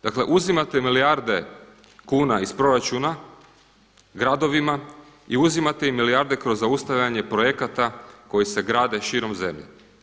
Dakle, uzimate milijarde kuna iz proračuna gradovima i uzimate im milijarde kroz zaustavljanje projekata koji se grade širom zemlje.